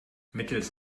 mittels